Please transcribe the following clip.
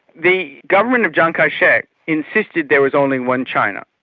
the government of chiang kai-shek insisted there was only one china.